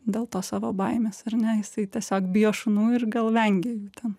dėl tos savo baimės ar ne jisai tiesiog bijo šunų ir gal vengia jų ten